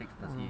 mm